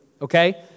Okay